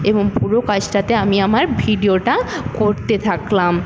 এবং পুরো কাজটাতে আমি আমার ভিডিওটা করতে থাকলাম